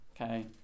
Okay